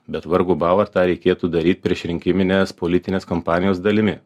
bet vargu bau ar tą reikėtų daryti priešrinkiminės politinės kampanijos dalimi